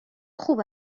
خوب